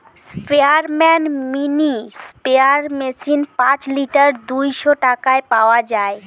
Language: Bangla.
স্পেয়ারম্যান মিনি স্প্রেয়ার মেশিন পাঁচ লিটার দুইশ টাকায় পাওয়া যায়